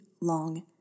long